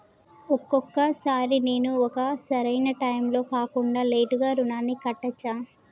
ఒక్కొక సారి నేను ఒక సరైనా టైంలో కాకుండా లేటుగా రుణాన్ని కట్టచ్చా?